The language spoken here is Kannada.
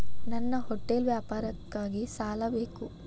ನನ್ನ ಹೋಟೆಲ್ ವ್ಯಾಪಾರಕ್ಕಾಗಿ ಸಾಲ ಬೇಕು